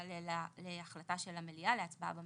תעלה להצבעה במליאה,